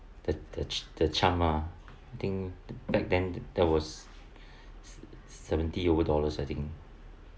the the the charm ah I think back then that was seventy over dollars I think